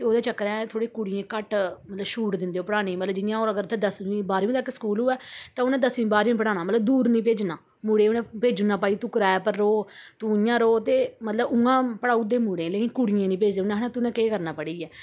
ओह्दे चक्करै थोह्ड़ी कुड़ियें ई घट्ट छूट दिंदे ओह् पढ़ानें ई मतलब जि'यां होर इ'त्थें दसमीं बारमीं तक स्कूल होऐ तां उ'नें दसमीं बारमीं पढ़ाना मतलब दूर निं भेजना मुड़ें ई उ'नें भेजी उड़ना भाई तूं किराये पर रोह् तूं इ'यां रोह् ते तू इ'यां रोह् ते मतलब ते उ'आं पढ़ाऊ दे मुड़ें ई कुड़ियें निं भेजदे उ'न्नें ई आखदे केह् करना पढ़ियै